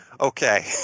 Okay